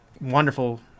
wonderful